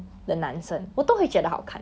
I think straight hair 比较好看 eh no